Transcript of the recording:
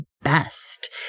best